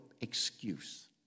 excuse